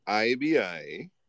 IBI